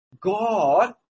God